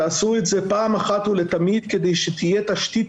תעשו את זה פעם אחת ולתמיד כדי שתהיה תשתית